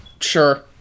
Sure